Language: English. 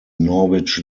norwich